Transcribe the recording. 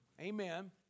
amen